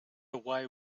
away